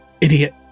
Idiot